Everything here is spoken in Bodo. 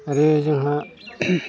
आरो जोंहा